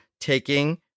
taking